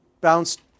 bounced